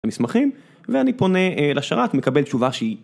המסמכים ואני פונה לשרת מקבל תשובה שהיא